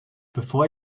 bevor